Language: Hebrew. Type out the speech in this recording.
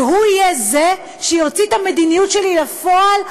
שהוא יהיה שיוציא את המדיניות שלי לפועל,